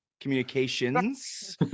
communications